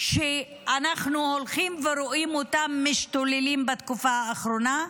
שאנחנו רואים אותם הולכים ומשתוללים בתקופה האחרונה,